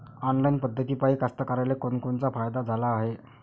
Online पद्धतीपायी कास्तकाराइले कोनकोनचा फायदा झाला हाये?